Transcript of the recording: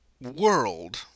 world